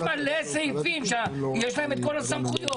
יש מלא סעיפים שיש להם את כל הסמכויות.